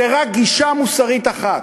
זה רק גישה מוסרית אחת.